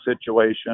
situation